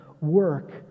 work